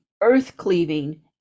earth-cleaving